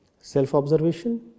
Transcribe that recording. Self-observation